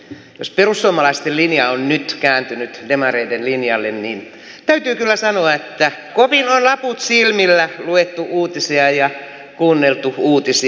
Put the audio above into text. jos perussuomalaisten linja on nyt kääntynyt demareiden linjalle niin täytyy kyllä sanoa että kovin on laput silmillä luettu ja kuunneltu uutisia